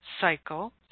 cycle